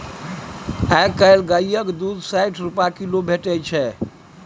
आइ काल्हि गायक दुध साठि रुपा किलो भेटै छै